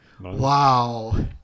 Wow